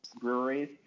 breweries